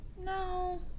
No